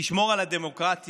תשמור על הדמוקרטיה,